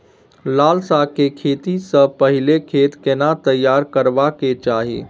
लाल साग के खेती स पहिले खेत केना तैयार करबा के चाही?